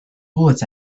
bullets